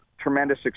tremendous